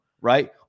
Right